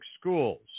schools